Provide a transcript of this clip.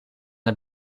dat